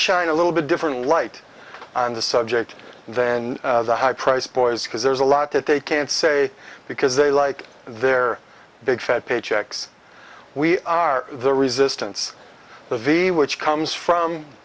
shine a little bit different light on the subject and then the high priced boys because there's a lot that they can't say because they like their big fat paychecks we are the resistance the v which comes from